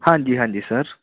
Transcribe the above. ਹਾਂਜੀ ਹਾਂਜੀ ਸਰ